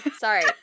sorry